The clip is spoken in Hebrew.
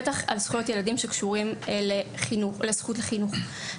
בטח בכל הקשור לזכות לחינוך.